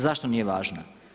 Zašto nije važna?